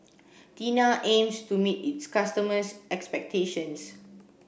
Tena aims to meet its customers' expectations